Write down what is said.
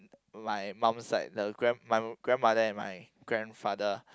my mum's side the grand my grandmother and my grandfather